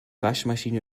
waschmaschine